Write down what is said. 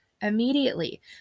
immediately